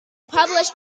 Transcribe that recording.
publish